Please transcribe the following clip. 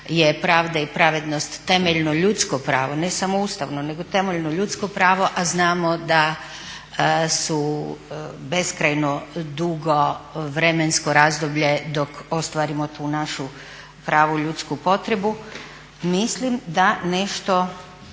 je pravda i pravednost temeljno ljudsko pravo, ne samo ustavno nego temeljno ljudsko pravo a znamo da su beskrajno dugo vremensko razdoblje dok ostvarimo tu našu pravu ljudsku potrebu. Mislim da nešto